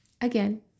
again